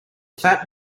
fat